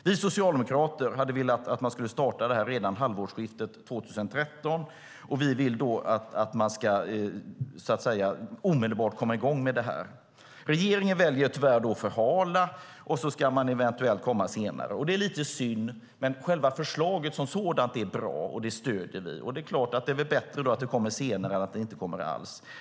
Vi socialdemokrater hade velat att man skulle starta det här redan vid halvårsskiftet 2013, för vi vill komma i gång omedelbart. Regeringen väljer tyvärr att förhala, och så ska man eventuellt komma med det senare. Det är lite synd. Men förslaget som sådant är bra, och det stöder vi. Det är klart att det är bättre att det kommer senare än att det inte kommer alls.